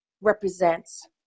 represents